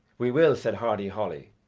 we will, said hardy holly.